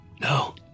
No